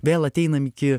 vėl ateinam iki